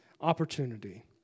opportunity